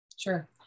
Sure